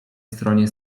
stronie